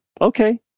Okay